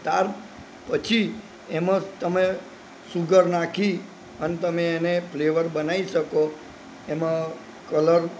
ત્યાર પછી એમાં તમે સુગર નાખી અને તમે એને ફ્લેવર બનાવી શકો એમાં કલર